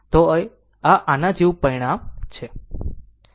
તો આ આનું પરિણામ છે